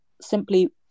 simply